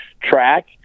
Track